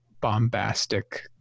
bombastic